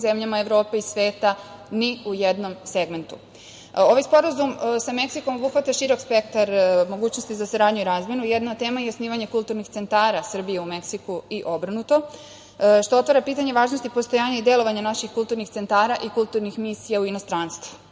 zemljama Evrope i sveta ni u jednom segmentu. Ovaj Sporazum sa Meksikom obuhvata širok spektar mogućnosti za saradnju i razmenu. Jedna od tema je osnivanje kulturnih centara Srbije u Meksiku i obrnuto, što otvara pitanje važnosti postojanja i delovanja naših kulturnih centara i kulturnih misija u inostranstvu. Pohvalila